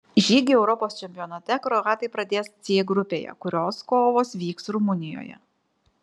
žygį europos čempionate kroatai pradės c grupėje kurios kovos vyks rumunijoje